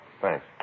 Thanks